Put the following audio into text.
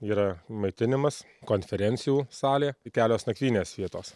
yra maitinimas konferencijų salė kelios nakvynės vietos